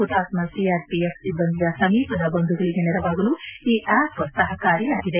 ಪುತಾತ್ಮ CRPF ಸಿಬ್ಬಂದಿಯ ಸಮೀಪದ ಬಂಧುಗಳಿಗೆ ನೆರವಾಗಲು ಈ ಆಪ್ ಸಹಕಾರಿಯಾಗಿದೆ